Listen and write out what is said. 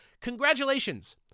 congratulations